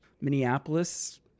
Minneapolis